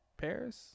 Paris